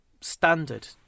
standard